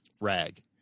rag